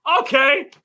okay